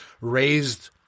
raised